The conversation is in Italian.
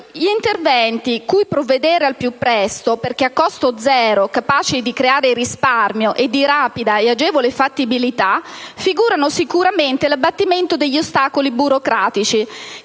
gli interventi cui provvedere al più presto, perché a costo zero, capaci di creare risparmio e di rapida e agevole fattibilità, figura sicuramente l'abbattimento degli ostacoli burocratici,